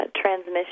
transmission